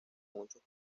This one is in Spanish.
muchos